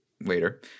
later